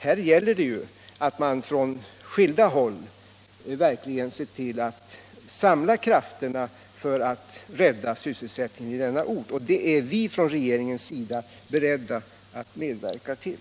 Här gäller det ju att man från skilda håll verkligen ser till att samla krafterna för att rädda sysselsättningen i denna ort. Och det är vi från regeringens sida beredda att medverka till.